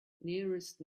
nearest